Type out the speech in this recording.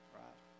right